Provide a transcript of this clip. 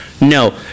No